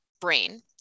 brain